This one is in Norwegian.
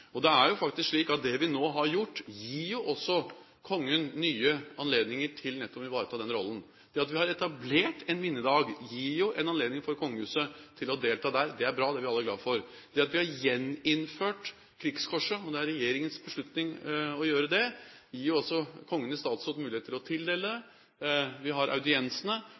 Det er faktisk slik at det vi nå har gjort, også gir kongen nye anledninger nettopp til å ivareta den rollen. Det at vi har etablert en minnedag, gir jo en anledning for kongehuset til å delta der – det er bra, det er vi alle glad for. Det at vi har gjeninnført Krigskorset – og det er regjeringens beslutning – gir også Kongen i statsråd mulighet til å tildele det. Vi har audiensene,